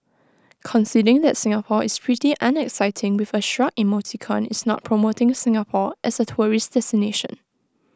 conceding that Singapore is pretty unexciting with A shrug emoticon is not promoting Singapore as A tourist destination